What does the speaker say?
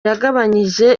yagabanyije